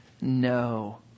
No